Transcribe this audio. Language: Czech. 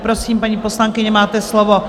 Prosím, paní poslankyně, máte slovo.